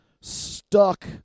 stuck